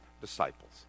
disciples